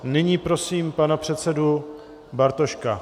Nyní prosím pana předsedu Bartoška.